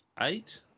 eight